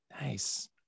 nice